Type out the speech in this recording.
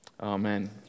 Amen